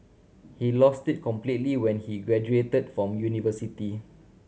he lost it completely when he graduated from university